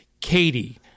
Katie